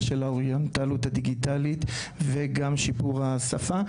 של אורייניות דיגיטלית ושיפור השפה.